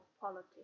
politics